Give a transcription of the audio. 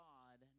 God